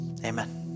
Amen